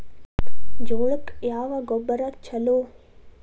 ಜೋಳಕ್ಕ ಯಾವ ಗೊಬ್ಬರ ಛಲೋ?